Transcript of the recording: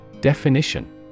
Definition